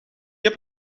heb